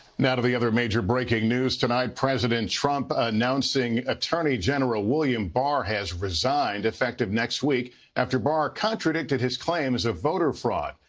now to the other major breaking news tonight, president trump announcing attorney general william barr has resigned effective next week after barr contradicted his claims of voter fraud.